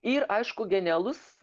ir aišku genialus